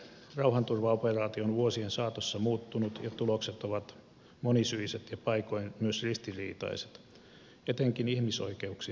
rauhanturvaoperaatio on vuosien saatossa muuttunut ja tulokset ovat monisyiset ja paikoin myös ristiriitaiset etenkin ihmisoikeuksien suhteen